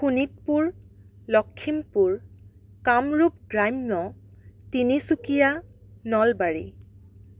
শোণিতপুৰ লখিমপুৰ কামৰূপ গ্ৰাম্য তিনিচুকীয়া নলবাৰী